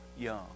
Young